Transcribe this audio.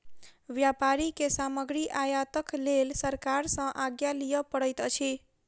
व्यापारी के सामग्री आयातक लेल सरकार सॅ आज्ञा लिअ पड़ैत अछि